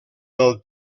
del